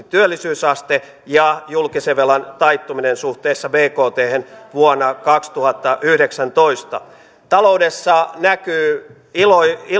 työllisyysaste ja julkisen velan taittuminen suhteessa bkthen vuonna kaksituhattayhdeksäntoista taloudessa näkyy